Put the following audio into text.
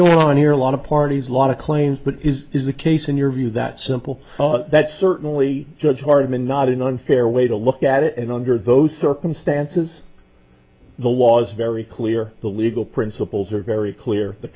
going on here a lot of parties lot of claims but is the case in your view that simple that's certainly good hearted and not an unfair way to look at it and under those circumstances the was very clear the legal principles are very clear the